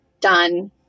done